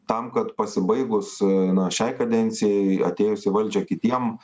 tam kad pasibaigus na šiai kadencijai atėjus į valdžią kitiem